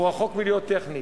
הוא רחוק מלהיות טכני,